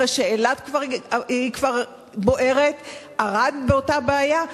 אחרי שאילת כבר בוערת וערד באותה בעיה?